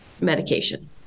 medication